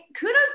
kudos